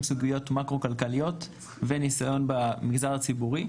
סוגיות מאקרו כלכליות ונסיון במגזר הציבורי,